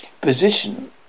Position